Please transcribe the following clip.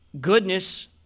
Goodness